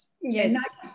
yes